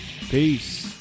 Peace